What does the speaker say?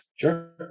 Sure